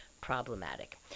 problematic